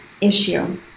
issue